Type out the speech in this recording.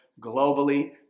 globally